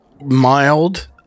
mild